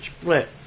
split